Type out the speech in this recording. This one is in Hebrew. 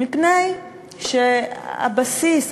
מפני שהבסיס,